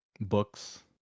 books